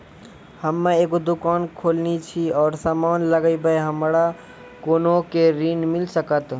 हम्मे एगो दुकान खोलने छी और समान लगैबै हमरा कोना के ऋण मिल सकत?